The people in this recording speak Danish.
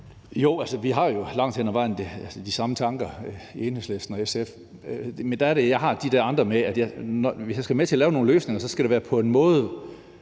og SF har jo langt hen ad vejen de samme tanker, men det er det, jeg har de andre med. Hvis jeg skal være med til at lave nogle løsninger, skal det være på en måde,